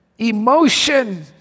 Emotion